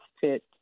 fit